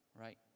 right